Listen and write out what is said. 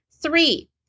Three